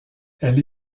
elle